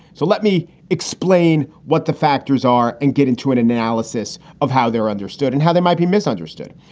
so let me explain what the factors are and get into an analysis of how they're understood and how they might be misunderstood.